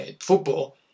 football